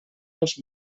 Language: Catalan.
els